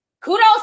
Kudos